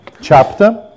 chapter